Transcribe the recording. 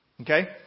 Okay